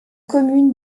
commune